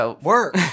Work